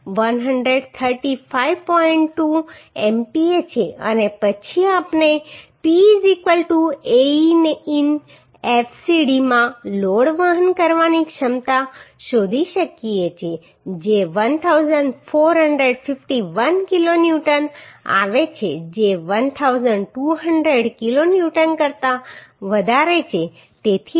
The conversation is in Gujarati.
2 MPa છે અને પછી આપણે p A e in f cd માં લોડ વહન કરવાની ક્ષમતા શોધી શકીએ છીએ જે 1451 કિલો ન્યૂટન આવે છે જે 1200 કિલો ન્યૂટન કરતાં વધારે છે તેથી આ ઠીક છે